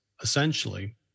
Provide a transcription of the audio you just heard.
essentially